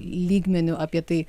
lygmeniu apie tai